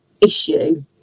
issue